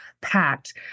packed